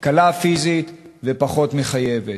קלה פיזית ופחות מחייבת,